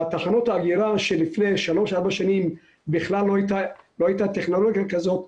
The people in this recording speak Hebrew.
תחנות האגירה של לפני שלוש-ארבע שנים אז בכלל לא הייתה טכנולוגיה כזאת,